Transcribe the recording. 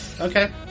Okay